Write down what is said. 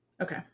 Okay